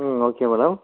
ம் okay madam